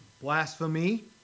blasphemy